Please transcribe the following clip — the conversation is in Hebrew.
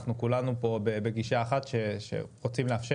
אנחנו כולנו פה בגישה אחת שרוצים לאפשר